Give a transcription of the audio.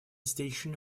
station